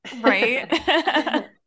Right